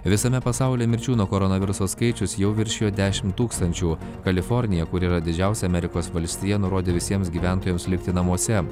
visame pasauly mirčių nuo koronaviruso skaičius jau viršijo dešimt tūkstančių kalifornija kuri yra didžiausia amerikos valstija nurodė visiems gyventojams likti namuose